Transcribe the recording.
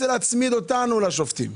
להצמיד אותנו לשופטים.